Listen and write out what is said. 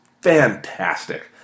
fantastic